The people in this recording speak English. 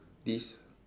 this